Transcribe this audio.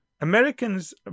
americans